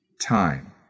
Time